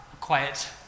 quiet